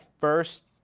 first